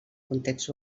context